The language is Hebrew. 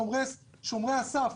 אנחנו שומרי הסף.